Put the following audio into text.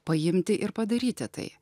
paimti ir padaryti tai